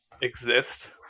exist